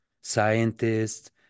scientists